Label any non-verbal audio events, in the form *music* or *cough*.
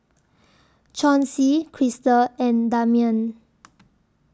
Chauncey Krystal and Damian *noise*